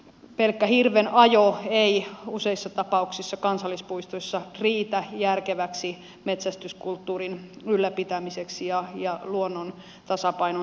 pelkkä hirvenajo ei useissa tapauksissa kansallispuistoissa riitä järkeväksi metsästyskulttuurin ylläpitämiseksi ja luonnon tasapainon säätelemiseksi